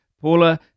Paula